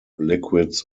liquids